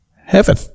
heaven